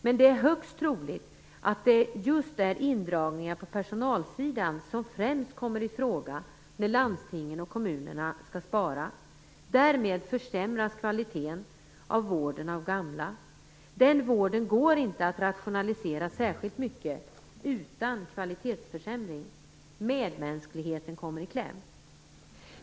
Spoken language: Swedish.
Men det är högst troligt att det är just indragning på personalsidan som främst kommer i fråga när landstingen och kommunerna skall spara. Därmed försämras kvaliteten i vården av gamla. Den vården går inte att rationalisera särskilt mycket utan kvalitetsförsämring. Medmänskligheten kommer i kläm.